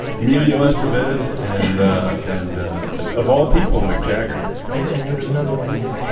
emilio estevez and and of all people mick jagger and and there was another one in there